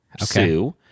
sue